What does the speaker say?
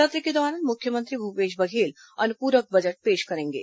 सत्र के दौरान मुख्यमंत्री भूपेश बघेल अनुप्रक बजट पेश करेंगे